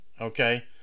okay